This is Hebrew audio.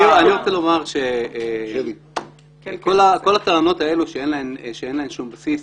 אני רוצה לומר שכל הטענות האלה שאין להן שום בסיס,